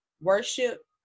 worship